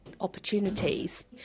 opportunities